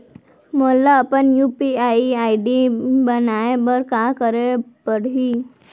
मोला अपन UPI ID बनाए बर का करे पड़ही?